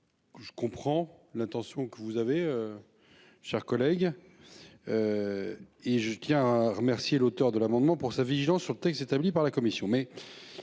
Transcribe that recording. Je comprends l'intention que vous avez. Chers collègues. Et je tiens à remercier l'auteur de l'amendement pour sa vision sur le texte établi par la commission